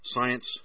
Science